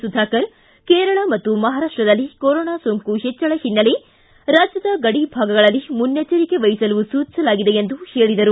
ಸುಧಾಕರ್ ಕೇರಳ ಮತ್ತು ಮಹಾರಾಷ್ಷದಲ್ಲಿ ಕೊರೊನಾ ಸೋಂಕು ಹೆಚ್ಚಳ ಹಿನ್ನೆಲೆ ರಾಜ್ಯದ ಗಡಿಭಾಗಗಳಲ್ಲಿ ಮುನ್ನೆಚ್ಚರಿಕೆ ವಹಿಸಲು ಸೂಚಿಸಲಾಗಿದೆ ಎಂದು ಹೇಳಿದರು